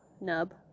Nub